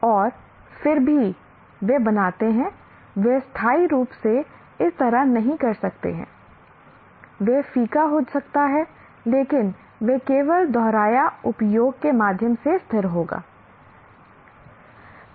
और फिर भी वे बनाते हैं वे स्थायी रूप से इस तरह नहीं रह सकते हैं वे फीका हो सकते हैं लेकिन वे केवल दोहराया उपयोग के माध्यम से स्थिर होंगे